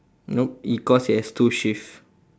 nope i~ because it has two shifts